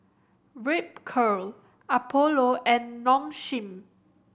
Ripcurl Apollo and Nong Shim